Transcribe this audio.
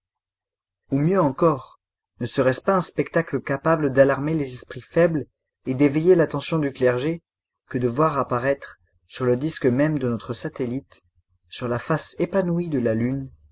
ou mieux encore ne serait-ce pas un spectacle capable d'alarmer les esprits faibles et d'éveiller l'attention du clergé que de voir apparaître sur le disque même de notre satellite sur la face épanouie de la lune